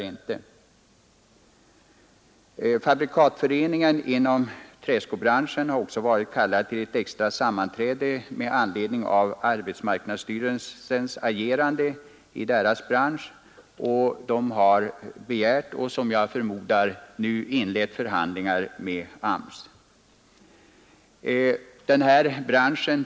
Me AR pig Fabrikantföreningen inom träskobranschen har också varit kallad till MIG 43 Er ke ett extra sammanträde med anledning av arbetsmarknadsstyrelsens SET UNRSPAN RR a 5 Me Z ER : och näringspolitiagerande i branschen, och man har begärt och — förmodar jag — nu inlett ken förhandlingar med AMS.